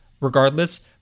regardless